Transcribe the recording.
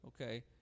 okay